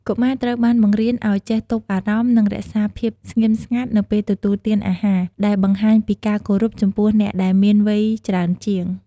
កុមារត្រូវបានបង្រៀនឱ្យចេះទប់អារម្មណ៍ និងរក្សាភាពស្ងៀមស្ងាត់នៅពេលទទួលទានអាហារ ដែលបង្ហាញពីការគោរពចំពោះអ្នកដែលមានវ័យច្រើនជាង។